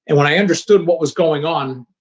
and when i understood what was going on,